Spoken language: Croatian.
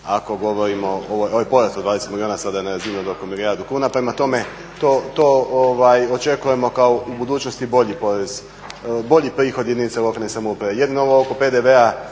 ako govorimo, ovo je porast od 20 milijuna, sada je na razini od oko milijardu kuna. Prema tome to očekujemo kao u budućnosti bolji porez, bolji prihod jedinica lokalne samouprave. Jedino ovo oko PDV-a,